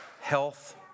health